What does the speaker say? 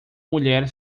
mulher